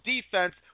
defense